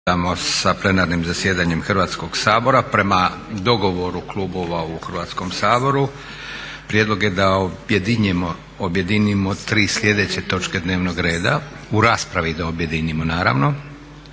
sa plenarnim zasjedanjem Hrvatskog sabora. Prema dogovoru klubova u Hrvatskom saboru prijedlog je da objedinimo tri sljedeće točke dnevnog reda, u raspravi da objedinimo naravno.